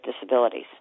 disabilities